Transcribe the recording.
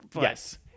Yes